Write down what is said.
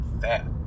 fat